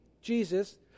Jesus